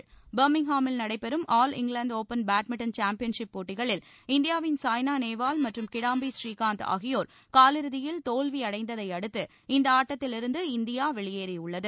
விளையாட்டுச் செய்திகள் பர்மிங்ஹாமில் நடைபெறும் all England open badminton championship போட்டிகளில் இந்தியாவின் சாய்னா நேவால் மற்றும் கிடாம்பி புநீகாந்த் ஆகியோர் காலிறுதியில் தோல்வி அடைந்ததை அடுத்து இந்த ஆட்டத்திலிருந்து இந்தியா வெளியேறியுள்ளது